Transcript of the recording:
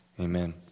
Amen